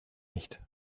nicht